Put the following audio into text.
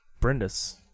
Brendis